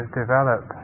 develop